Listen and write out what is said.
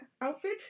outfit